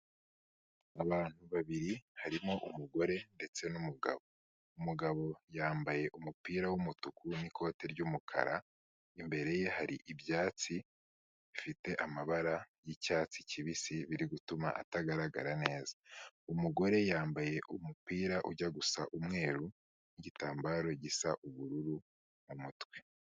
Abantu babiri harimo umugore ndetse n'umugabo, umugabo yambaye umupira w'umutuku n'ikote ry'umukara, imbere ye hari ibyatsi bifite amabara y'icyatsi kibisi biri gutuma atagaragara neza, umugore yambaye umupira ujya gusa umweru, n'igitambaro gisa ubururu mu mutwe.